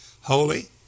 holy